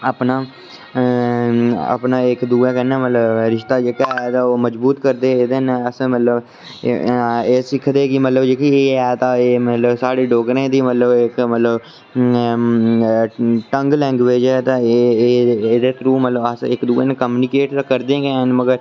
अपना अपना इक दूऐ कन्नै रिश्ता जेह्ड़ा ऐ ओह् मजबूत करदे एह्दे नै अस मतलब एह् सिक्खदे कि मतलब जेह्की एह् साढ़े डोगरें दी एह् मतलब इक मतलब टंग लैंग्वेज़ ऐ ते एह्दे थ्रू मतलब अस इक दूऐ कन्नै कम्युनिकेट करदे गै न मगर